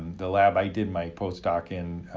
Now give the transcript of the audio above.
the lab i did my postdoc in,